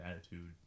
attitude